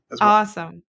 Awesome